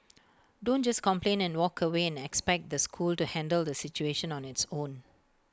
don't just complain and walk away and expect the school to handle the situation on its own